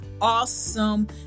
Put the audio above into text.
awesome